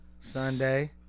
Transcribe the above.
Sunday